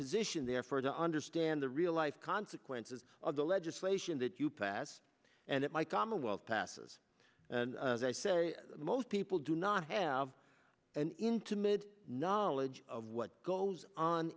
position there for to understand the real life consequences of the legislation that you pass and that my commonwealth passes and as i say most people do not have an intimate knowledge of what goes on